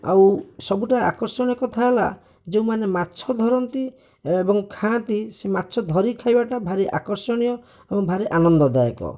ଆଉ ସବୁଠାରୁ ଆକର୍ଷଣୀୟ କଥା ହେଲା ଯେଉଁ ମାନେ ମାଛ ଧରନ୍ତି ଏବଂ ଖାଆନ୍ତି ସେ ମାଛ ଧରିକି ଖାଇବାଟା ଭାରି ଆକର୍ଷଣୀୟ ଏବଂ ଭାରି ଆନନ୍ଦଦାୟକ